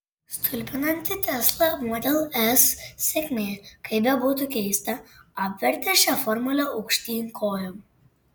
stulbinanti tesla model s sėkmė kaip bebūtų keista apvertė šią formulę aukštyn kojom